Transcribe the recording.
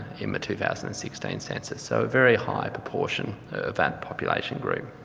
in the two thousand sixteen census. so, a very high proportion of that population group.